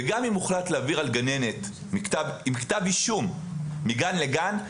גם אם הוחלט להעביר גננת עם כתב אישום מגן לגן,